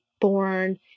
born